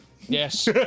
Yes